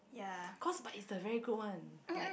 cause but it's a very good one like